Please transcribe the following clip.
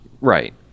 right